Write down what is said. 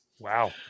wow